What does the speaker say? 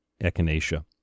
echinacea